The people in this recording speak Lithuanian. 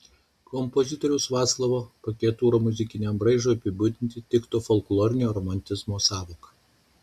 kompozitoriaus vaclovo paketūro muzikiniam braižui apibūdinti tiktų folklorinio romantizmo sąvoka